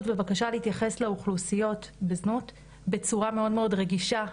ובקשה להתייחס לאוכלוסיות בזנות בצורה מאוד מאוד רגישה,